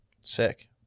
sick